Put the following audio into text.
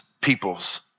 people's